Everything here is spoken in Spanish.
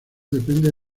depende